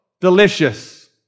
delicious